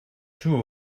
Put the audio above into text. two